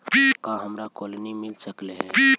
का हमरा कोलनी मिल सकले हे?